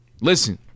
Listen